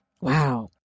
Wow